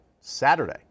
Saturday